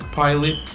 pilot